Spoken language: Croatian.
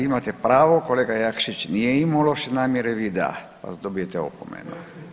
Imate pravo, kolega Jakšić nije imao loše namjere, vi da, pa dobijete opomenu.